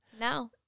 No